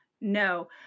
No